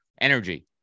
energy